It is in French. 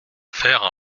faire